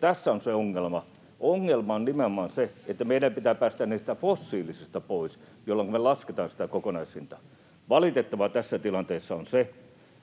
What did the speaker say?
tässä on se ongelma. Ongelma on nimenomaan se, että meidän pitää päästä niistä fossiilisista pois, jolloinka me laskemme sitä kokonaishintaa. Valitettavaa tässä tilanteessa on se,